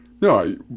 no